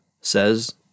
says